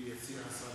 וזהו.